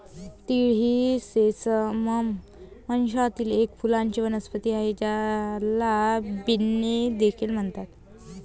तीळ ही सेसमम वंशातील एक फुलांची वनस्पती आहे, ज्याला बेन्ने देखील म्हणतात